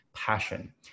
Passion